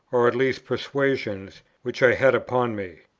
or at least persuasions, which i had upon me?